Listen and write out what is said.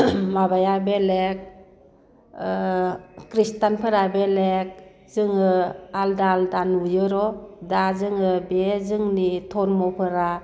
माबाया बेलेग ख्रिस्टानफोरा बेलेग जोङो आलादा आलादा नुयोर' दा जोङो बे जोंनि धोरोमफोरा